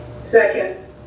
Second